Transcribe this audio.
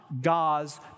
God's